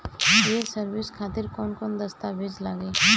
ये सर्विस खातिर कौन कौन दस्तावेज लगी?